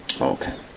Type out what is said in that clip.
Okay